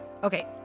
Okay